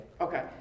Okay